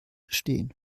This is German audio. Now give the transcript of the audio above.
stehen